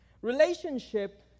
Relationship